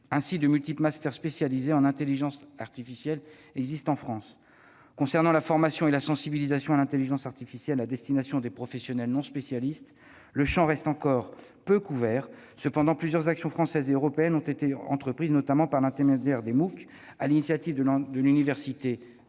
Ainsi, de multiples mastères spécialisés en intelligence artificielle existent en France. Concernant la formation et la sensibilisation à l'intelligence artificielle à destination des professionnels non spécialistes, le champ reste encore peu couvert. Cependant, plusieurs actions françaises et européennes ont été entreprises, notamment par l'intermédiaire de (MOOC), sur l'initiative de l'université